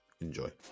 enjoy